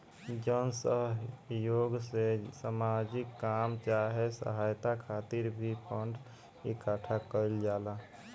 जन सह योग से सामाजिक काम चाहे सहायता खातिर भी फंड इकट्ठा कईल जाला